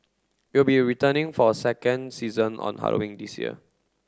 it will be returning for a second season on Halloween this year